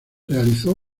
realizó